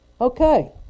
okay